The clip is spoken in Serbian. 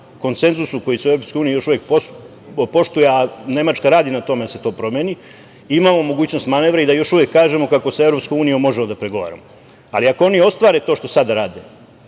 konsenzusu, koji se u EU još uvek poštuje, a Nemačka radi na tome da se to promeni, imamo mogućnost manevra i da još uvek kažemo kako sa EU možemo da pregovaramo. Ali, ako oni ostvare to što sada rade,